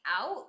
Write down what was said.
out